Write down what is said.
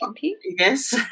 Yes